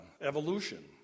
evolution